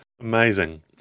Amazing